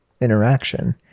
interaction